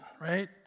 right